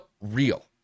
real